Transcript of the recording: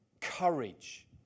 courage